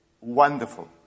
Wonderful